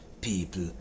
people